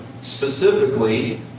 specifically